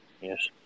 Yes